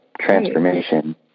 Transformation